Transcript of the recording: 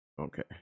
okay